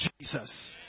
Jesus